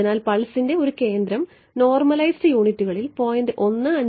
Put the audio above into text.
അതിനാൽ പൾസിന്റെ ഒരു കേന്ദ്രം നോർമലൈസ്ഡ് യൂണിറ്റുകളിൽ 0